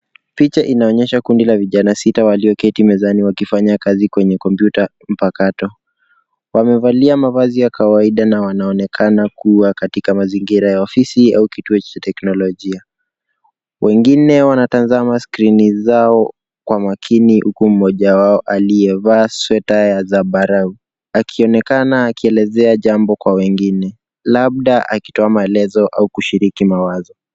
Picha inaonyesha kundi la vijana sita walioketi mezani wakifanya kazi kwenye kompyuta mpakato. Wamevalia mavazi ya kawaida na wanaonekana kuwa katika mazingira ya ofisi au kituo cha teknolojia. Wengine wanatazama skrini zao kwa makini huku mmoja wao aliyevaa sweta ya zambarau akionekana akielezea jambo kwa wengine labda akitoa maelezo au kushiriki mawazo.